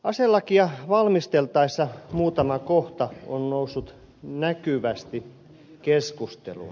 aselakia valmisteltaessa muutama kohta on noussut näkyvästi keskusteluun